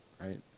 right